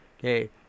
Okay